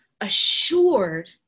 assured